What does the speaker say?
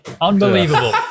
unbelievable